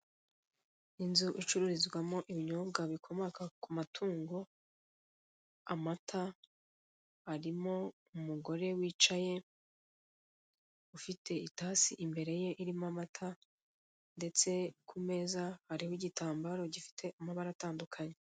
Iyi nzu icururizwamo ibinyobwa bikomoka ku matungo, amata, harimo umugore wicaye, ufite itasi imbere ye irimo amata, ndetse ku meza hari n'igitambaro gifite amabara atandukanye.